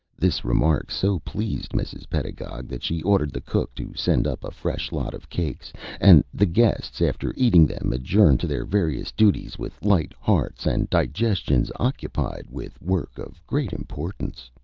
this remark so pleased mrs. pedagog that she ordered the cook to send up a fresh lot of cakes and the guests, after eating them, adjourned to their various duties with light hearts, and digestions occupied with work of great importance.